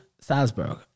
Salzburg